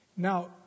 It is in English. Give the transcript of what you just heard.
Now